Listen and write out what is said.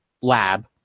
lab